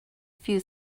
few